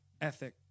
ethic